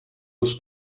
als